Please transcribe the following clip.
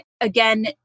again